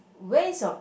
where is your